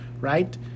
right